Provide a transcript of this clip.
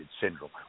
syndrome